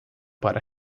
para